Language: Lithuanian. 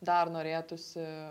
dar norėtųsi